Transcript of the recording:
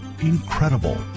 Incredible